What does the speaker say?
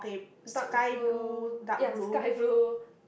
dark blue ya sky blue